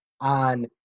on